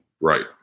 Right